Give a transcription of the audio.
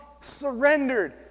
surrendered